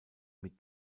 mit